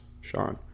Sean